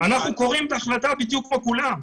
אנחנו קוראים את ההחלטה בדיוק כמו כולם.